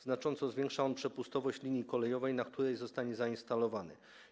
Znacząco zwiększa on przepustowość linii kolejowej, na której zostaje zainstalowany.